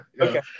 Okay